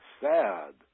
sad